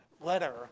letter